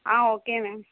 okay ma'am